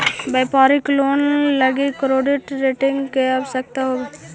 व्यापारिक लोन लगी credit rating के आवश्यकता होवऽ हई